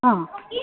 অঁ